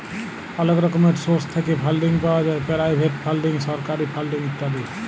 অলেক রকমের সোর্স থ্যাইকে ফাল্ডিং পাউয়া যায় পেরাইভেট ফাল্ডিং, সরকারি ফাল্ডিং ইত্যাদি